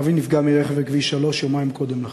אבי נפגע מרכב בכביש 3 יומיים קודם לכן.